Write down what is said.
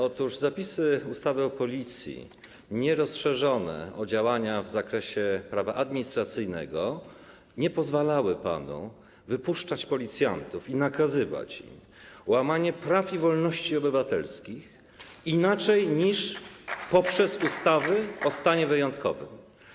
Otóż zapisy ustawy o Policji nierozszerzone o działania w zakresie prawa administracyjnego nie pozwalały panu wypuszczać policjantów i nakazywać im łamanie praw i wolności obywatelskich inaczej niż poprzez ustawy o stanie wyjątkowym.